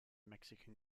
mexican